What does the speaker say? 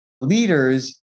leaders